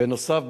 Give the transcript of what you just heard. בנוסף,